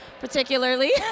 particularly